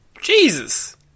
Jesus